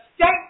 state